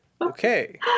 okay